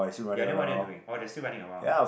ya then what are they doing oh they are still running around